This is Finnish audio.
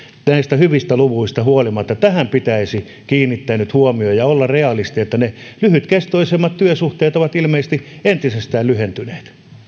näistä hyvistä luvuista huolimatta tähän pitäisi kiinnittää nyt huomio ja olla realisti että ne lyhytkestoisimmat työsuhteet ovat ilmeisesti entisestään lyhentyneet